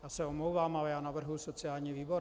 Já se omlouvám, ale navrhuji sociální výbor.